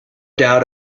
doubt